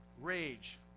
rage